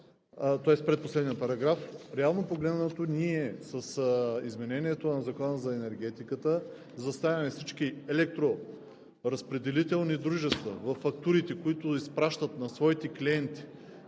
с предпоследния параграф, реално погледнато ние с изменението на Закона за енергетиката заставяме всички електроразпределителни дружества във фактурите, които изпращат на своите клиенти,